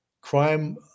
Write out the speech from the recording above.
Crime